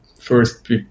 first